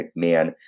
McMahon